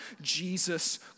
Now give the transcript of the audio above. Jesus